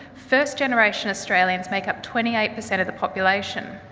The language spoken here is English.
first generation australians make up twenty eight per cent of the population.